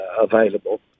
available